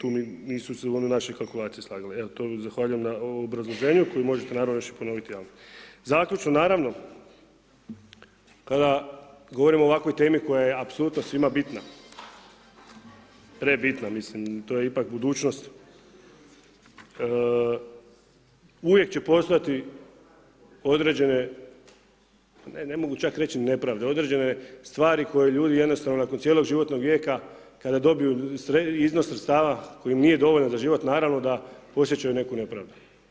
tu mi nisu u našoj kalkulaciji slagali, evo zahvaljujem na obrazloženju koje možete još i ponoviti, ali zaključno, naravno, kada govorimo o ovakvoj temi koja je apsolutno svima bitna, prebitna, mislim to je ipak budućnost, uvijek će postojati određene, ne, ne mogu čak reći nepravde, određene stvari koje ljudi jednostavno nakon cijelog životnog vijeka kada dobiju iznos sredstava koji im nije dovoljan za život, naravno da osjećaju neku nepravdu.